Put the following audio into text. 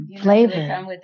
Flavor